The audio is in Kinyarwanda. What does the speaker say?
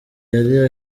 yari